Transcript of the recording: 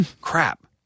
Crap